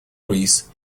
ruiz